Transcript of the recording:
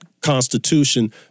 Constitution